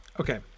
okay